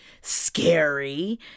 scary